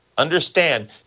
Understand